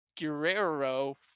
Guerrero